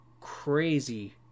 crazy